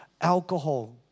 alcohol